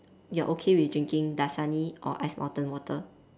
you are okay with drinking Dasani or Ice-Mountain water